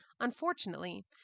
Unfortunately